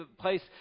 place